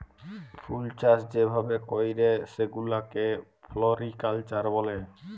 ফুলচাষ যে ভাবে ক্যরে সেগুলাকে ফ্লরিকালচার ব্যলে